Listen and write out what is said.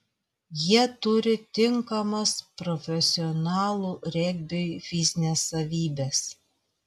jie turi tinkamas profesionalų regbiui fizines savybes